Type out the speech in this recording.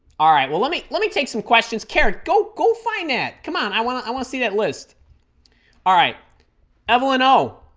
all right well let me let me take some questions karen go go find that come on i want to i want to see that list all right evelyn oh